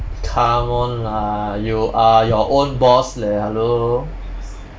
come on lah you are your own boss leh hello